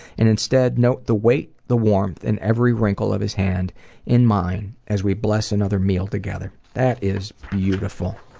and instead, note the weight, the warmth in every wrinkle of his hand in mine as we bless another meal together. that is beautiful.